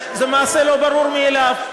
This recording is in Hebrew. זה מעשה לא ברור מאליו,